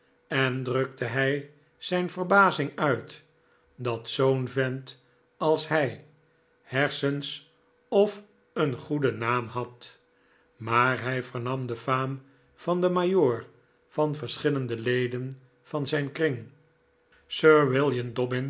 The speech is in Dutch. en drukte hij zijn verbazing uit dat zoo'n vent als hij hersens of een goeden naam had maar hij vernam de faam van den majoor van verschillende leden van zijn kring sir